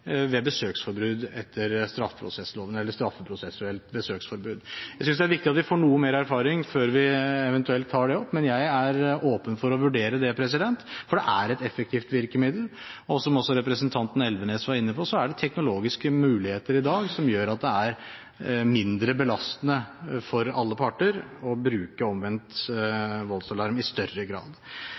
straffeprosessuelt besøksforbud. Jeg synes det er viktig at vi får noe mer erfaring før vi eventuelt tar det opp, men jeg er åpen for å vurdere det, for det er et effektivt virkemiddel. Som også representanten Elvenes var inne på, er det teknologiske muligheter i dag som gjør at det er mindre belastende for alle parter å bruke omvendt voldsalarm i større grad.